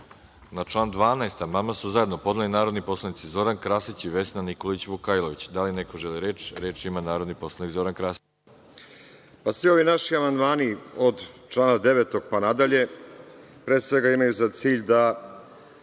član 12. amandman su zajedno podneli narodni poslanici Zoran Krasić i Vesna Nikolić Vukajlović. Da li neko želi reč? (Da.)Reč ima narodni poslanik Zoran Krasić. **Zoran Krasić** Svi ovi naši amandmani od člana 9. pa nadalje pre svega imaju za cilj da